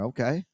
Okay